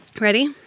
Ready